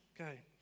Okay